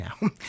now